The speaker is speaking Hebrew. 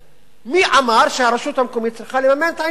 מי אמר שהרשות המקומית צריכה לממן את העניין הזה?